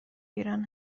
ایران